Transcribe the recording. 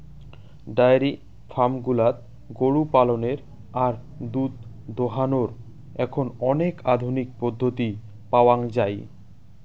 diary farm গুলাত গরু পালনের আর দুধ দোহানোর এখন অনেক আধুনিক পদ্ধতি পাওয়াঙ যাই